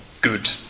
good